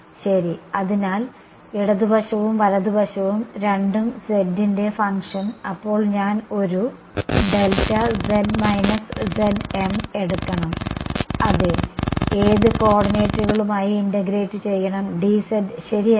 ശരി അതിനാൽ ഇടതുവശവും വലതുവശവും രണ്ടും z ന്റെ ഫങ്ക്ഷൻ അപ്പോൾ ഞാൻ ഒരു എടുക്കണം അതെ ഏത് കോഓർഡിനേറ്റുകളുമായി ഇന്റഗ്രേറ്റ് ചെയ്യണം dz ശരിയല്ലേ